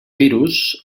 virus